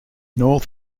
north